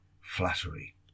flattery